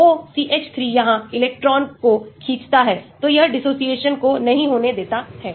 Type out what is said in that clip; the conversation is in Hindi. OCH 3 यहाँ इलेक्ट्रॉन को खींचता है तो यहdissociation को नहीं होने देता है